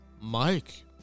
Mike